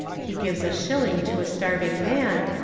he gives a shilling to a starving man,